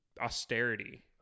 austerity